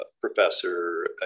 professor